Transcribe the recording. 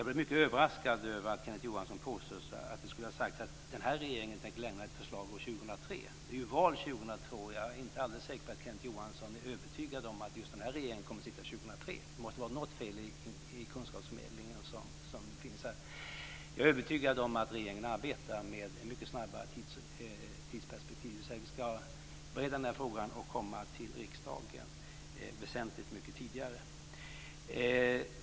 Jag blev mycket överraskad över att Kenneth Johansson påstår att vi skulle ha sagt att den här regeringen tänker lägga fram ett förslag år 2003. Det är ju val 2002, och jag är inte alldeles säker på att Kenneth Johansson är övertygad om att just den här regeringen kommer att sitta år 2003. Det måste här vara något fel på kunskapsförmedlingen. Jag är övertygad om att regeringen arbetar med ett mycket kortare tidsperspektiv. Vi ska bereda den här frågan och komma till riksdagen väsentligt mycket tidigare.